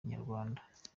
inyarwanda